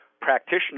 practitioner